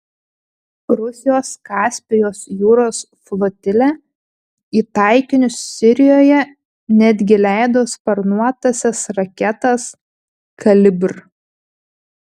rusijos kaspijos jūros flotilė į taikinius sirijoje netgi leido sparnuotąsias raketas kalibr